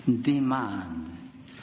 demand